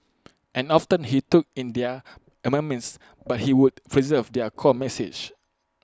and often he took in their amendments but he would preserve their core message